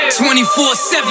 24/7